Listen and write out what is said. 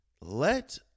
Let